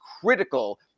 critical